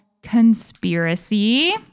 Conspiracy